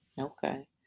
Okay